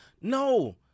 No